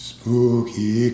Spooky